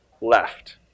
Left